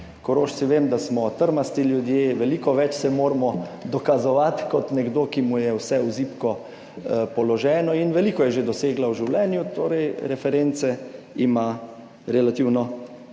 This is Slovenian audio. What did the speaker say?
Korošci vem, da smo trmasti ljudje, veliko več se moramo dokazovati kot nekdo, ki mu je vse v zibko položeno, in veliko je že dosegla v življenju. Torej reference ima relativno